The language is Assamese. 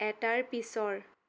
এটাৰ পিছৰ